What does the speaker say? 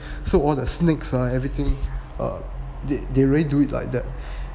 so all the snakes err everything err they they really do it like that